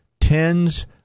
tens